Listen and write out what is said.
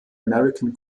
american